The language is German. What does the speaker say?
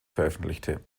veröffentlichte